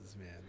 man